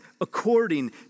according